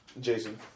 Jason